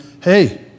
hey